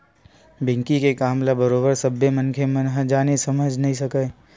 banking के काम ल बरोबर सब्बे मनखे मन ह जाने समझे नइ सकय